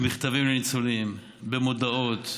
במכתבים לניצולים, במודעות,